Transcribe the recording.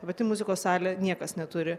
vat į muzikos salę niekas neturi